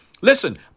Listen